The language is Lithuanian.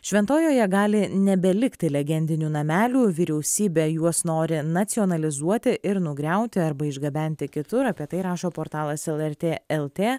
šventojoje gali nebelikti legendinių namelių vyriausybė juos nori nacionalizuoti ir nugriauti arba išgabenti kitur apie tai rašo portalas lrt lt